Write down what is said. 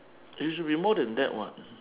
it should be more than that [what]